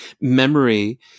Memory